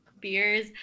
beers